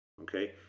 okay